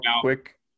quick